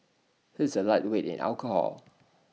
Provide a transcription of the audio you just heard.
he is A lightweight in alcohol